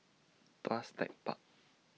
Tuas Tech Park